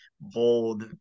bold